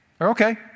okay